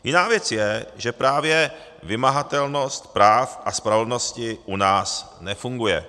Jiná věc je, že právě vymahatelnost práva a spravedlnosti u nás nefunguje.